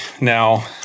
Now